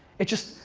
it's just,